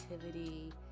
creativity